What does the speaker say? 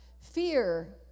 Fear